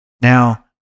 now